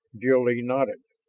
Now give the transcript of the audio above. jil-lee nodded.